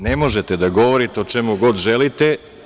Ne možete da govorite o čemu god želite.